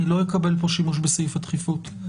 אני לא אקבל פה שימוש בסעיף הדחיפות,